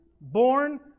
born